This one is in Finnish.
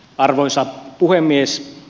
arvoisa puhemies